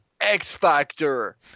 X-Factor